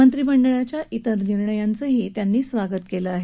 मंत्रिमंडळाच्या इतर निर्णयांचंही त्यांनी स्वागत केलं आहे